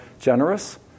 generous